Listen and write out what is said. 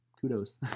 kudos